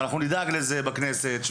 ואנחנו נדאג לזה בכנסת,